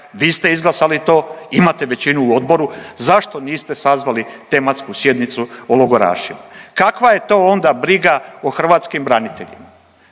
vi ste izglasali to imate većinu u odboru, zašto niste sazvali tematsku sjednicu o logorašima? Kakva je to onda briga o hrvatskim braniteljima?